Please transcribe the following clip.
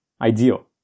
Ideal